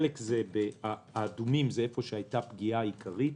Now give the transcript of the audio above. האדומים זה הפגיעה העיקרית.